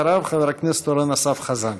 אחריו, חבר הכנסת אורן אסף חזן.